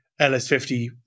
LS50